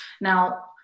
Now